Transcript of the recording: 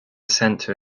centre